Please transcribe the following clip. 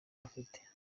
bafite